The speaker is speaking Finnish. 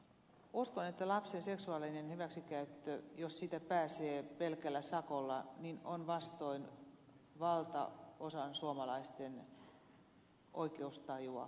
uskon että lapsen seksuaalinen hyväksikäyttö jos siitä pääsee pelkällä sakolla on vastoin suomalaisten valtaosan oikeustajua